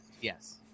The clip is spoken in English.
yes